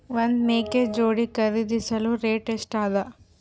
ಒಂದ್ ಮೇಕೆ ಜೋಡಿ ಖರಿದಿಸಲು ರೇಟ್ ಎಷ್ಟ ಅದ?